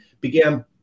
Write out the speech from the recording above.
began